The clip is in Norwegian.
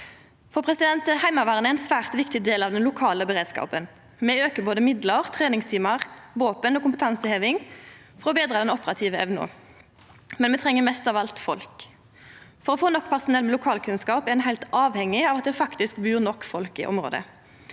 i Rogaland. Heimevernet er ein svært viktig del av den lokale beredskapen. Me aukar både midlar, treningstimar, våpen og kompetanse for å betra den operative evna, men me treng mest av alt folk. For å få nok personell med lokalkunnskap er ein heilt avhengig av at det faktisk bur nok folk i området.